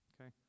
okay